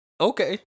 Okay